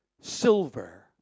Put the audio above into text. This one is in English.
Silver